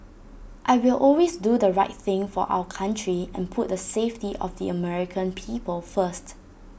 I will always do the right thing for our country and put the safety of the American people first